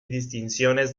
distinciones